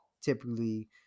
Typically